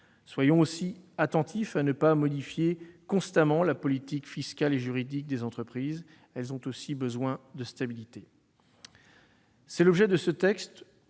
Soyons aussi attentifs à ne pas modifier constamment la politique fiscale et juridique des entreprises : elles ont également besoin de stabilité. C'est l'objet de ce texte,